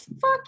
fuck